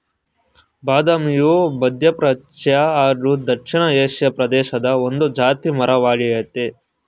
ಬಾದಾಮಿಯು ಮಧ್ಯಪ್ರಾಚ್ಯ ಹಾಗೂ ದಕ್ಷಿಣ ಏಷಿಯಾ ಪ್ರದೇಶದ ಒಂದು ಜಾತಿ ಮರ ವಾಗಯ್ತೆ